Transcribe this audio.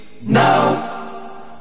now